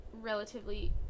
relatively